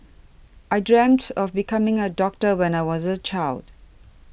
I dreamt of becoming a doctor when I was a child